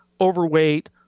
overweight